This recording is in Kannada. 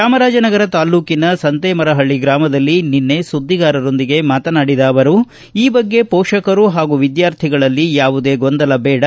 ಚಾಮರಾಜನಗರ ತಾಲ್ಲೂಕಿನ ಸಂತೇಮರಹಳ್ಳ ಗ್ರಾಮದಲ್ಲಿ ನಿನ್ನೆ ಸುದ್ದಿಗಾರರೊಂದಿಗೆ ಮಾತನಾಡಿದ ಅವರು ಈ ಬಗ್ಗೆ ಮೋಷಕರು ಹಾಗೂ ವಿದ್ನಾರ್ಥಿಗಳಲ್ಲಿ ಯಾವುದೇ ಗೊಂದಲ ಬೇಡ